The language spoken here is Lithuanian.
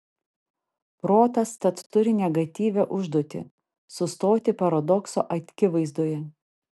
protas tad turi negatyvią užduotį sustoti paradokso akivaizdoje